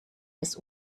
des